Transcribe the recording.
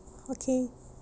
okay